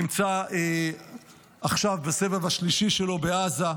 נמצא עכשיו בסבב השלישי שלו בעזה.